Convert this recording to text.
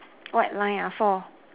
white line ah four